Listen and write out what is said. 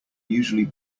usually